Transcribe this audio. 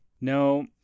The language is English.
No